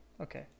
okay